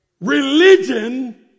Religion